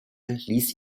ließ